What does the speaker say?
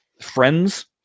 friends